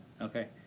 Okay